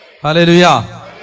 Hallelujah